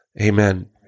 Amen